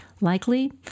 Likely